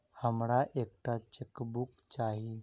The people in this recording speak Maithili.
हमरा एक टा चेकबुक चाहि